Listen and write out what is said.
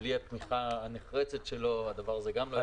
שבלי התמיכה הנחרצת שלו הדבר הזה גם לא היה קורה.